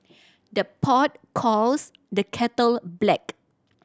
the pot calls the kettle black